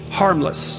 harmless